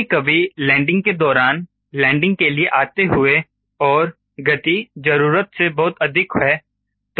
कभी कभी लैंडिंग के दौरान लैंडिंग के लिए आते हुए और गति जरूरत से बहुत अधिक है